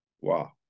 Wow